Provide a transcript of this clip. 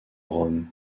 rome